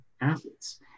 athletes